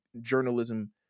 journalism